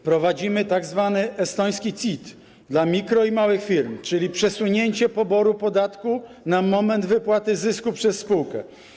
Wprowadzimy tzw. estoński CIT dla mikro- i małych firm, czyli przesunięcie poboru podatku na moment wypłaty zysku przez spółkę.